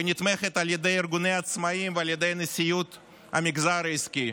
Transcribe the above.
והיא נתמכת על ידי ארגוני עצמאים ועל ידי נשיאות המגזר העסקי.